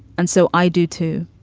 and so i do, too.